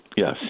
yes